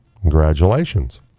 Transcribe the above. Congratulations